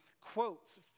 quotes